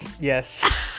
yes